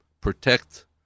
protect